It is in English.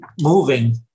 moving